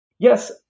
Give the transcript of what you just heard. Yes